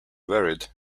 varied